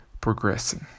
progressing